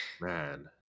man